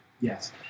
Yes